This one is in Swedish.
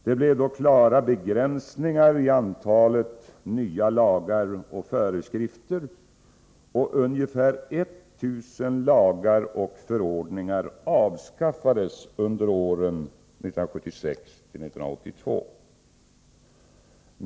Det blev då klara begränsningar i antalet nya lagar och föreskrifter, och ungefär ett tusen lagar och förordningar avskaffades under åren 1976-1982.